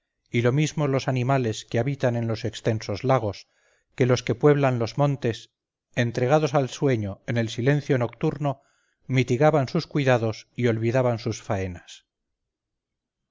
y lo mismo los animales que habitan en los extensos lagos que los pueblan los montes entregados al sueño en el silencio nocturno mitigaban sus cuidados y olvidaban sus faenas